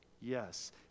Yes